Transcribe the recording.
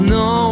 no